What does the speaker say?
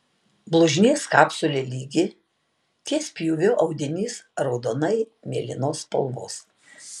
blužnies kapsulė lygi ties pjūviu audinys raudonai mėlynos spalvos